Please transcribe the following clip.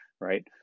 right